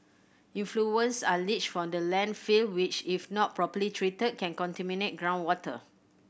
effluents are leached from the landfill which if not properly treated can contaminate groundwater